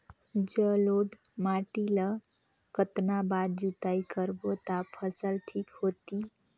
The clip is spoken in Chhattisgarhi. जलोढ़ माटी ला कतना बार जुताई करबो ता फसल ठीक होती?